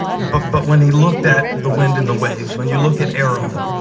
but but when he looked at the wind and the waves, when you look at aram,